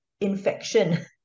infection